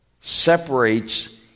separates